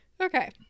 Okay